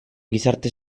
gizarte